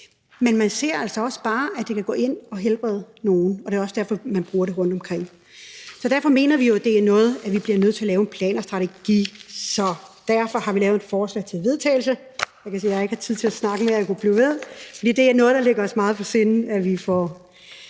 men man ser altså også bare, at det kan gå ind og helbrede nogen, og det er også derfor, man bruger det rundtomkring. Derfor mener vi, at det er noget, som vi bliver nødt til at lave en plan og strategi for, og derfor har vi lavet et forslag til vedtagelse. Jeg kan se, jeg ikke har tid til at snakke mere, men jeg kunne blive ved, for at vi får gjort noget ved det her,